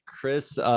Chris